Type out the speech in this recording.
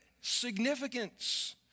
significance